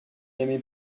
jamais